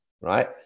Right